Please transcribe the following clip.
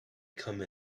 come